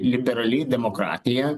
liberali demokratija